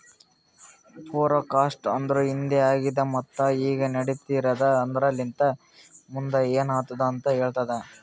forecast ಅಂದುರ್ ಹಿಂದೆ ಆಗಿದ್ ಮತ್ತ ಈಗ ನಡಿತಿರದ್ ಆದರಲಿಂತ್ ಮುಂದ್ ಏನ್ ಆತ್ತುದ ಅಂತ್ ಹೇಳ್ತದ